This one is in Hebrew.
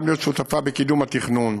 גם להיות שותפה בקידום התכנון.